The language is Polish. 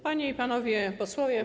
Panie i Panowie Posłowie!